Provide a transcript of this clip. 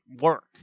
work